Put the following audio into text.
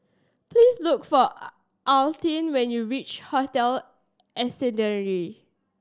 please look for Altie when you reach Hotel Ascendere